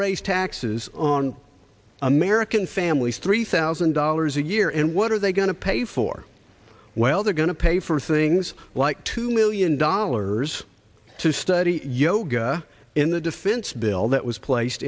raise taxes on american families three thousand dollars a year and what are they going to pay for well they're going to pay for things like two million dollars to study yoga in the defense bill that was placed